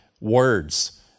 words